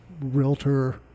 realtor